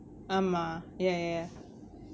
ஆமா:aamaa ya ya ya